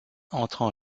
entrent